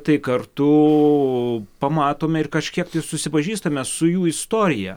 tai kartu pamatome ir kažkiek tai susipažįstame su jų istorija